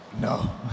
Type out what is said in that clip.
No